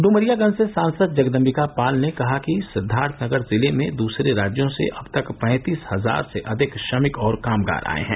डुमरियागंज से सांसद जगदंबिका पाल ने कहा कि सिद्वार्थनगर जिले में दूसरे राज्यों से अब तक पैंतीस हजार से अधिक श्रमिक और कामगार आए हैं